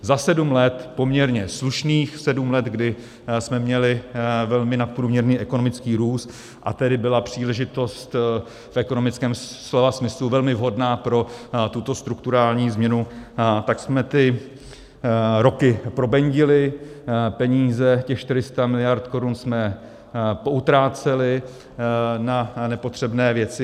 Za sedm let, poměrně slušných sedm let, kdy jsme měli velmi nadprůměrný ekonomický růst, a tedy byla příležitost v ekonomickém slova smyslu velmi vhodná pro tuto strukturální změnu, tak jsme ty roky probendili, peníze, těch 400 miliard korun, jsme poutráceli na nepotřebné věci.